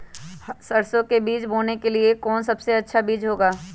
सरसो के बीज बोने के लिए कौन सबसे अच्छा बीज होगा?